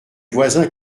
voisins